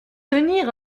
tenir